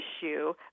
issue